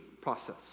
process